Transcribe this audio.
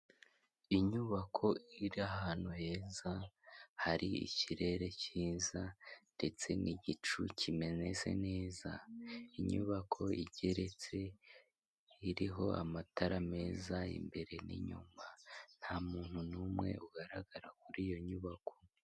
Inyubako iri ahantu heza, hari ikirere cyiza ndetse n'igicu kimeze neza, inyubako igeretse iriho amatara meza imbere n'inyuma, nta muntu n'umwe ugaragara kuri iyo nyubako.